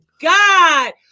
God